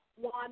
one